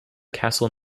castle